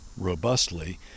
robustly